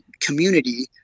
community –